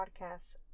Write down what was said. Podcasts